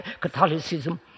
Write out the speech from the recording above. Catholicism